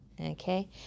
Okay